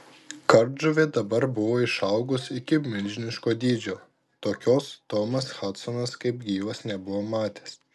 kardžuvė dabar buvo išaugus iki milžiniško dydžio tokios tomas hadsonas kaip gyvas nebuvo matęs